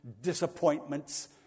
disappointments